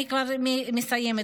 ולמחוק את הסטיגמות, אני כבר מסיימת.